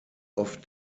oft